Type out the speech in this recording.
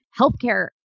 Healthcare